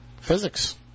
Physics